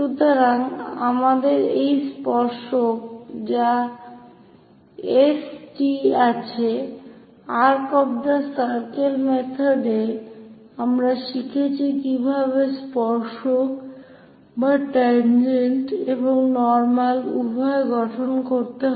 সুতরাং আমাদের এই স্পর্শক S T আছে arc of the circle method এ এবং আমরা শিখেছি কিভাবে স্পর্শক এবং নর্মাল উভয় গঠন করতে হয়